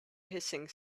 hissing